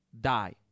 die